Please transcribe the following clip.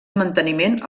manteniment